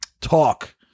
talk